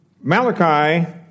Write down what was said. Malachi